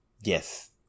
Yes